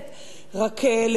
רק לצערי הרב,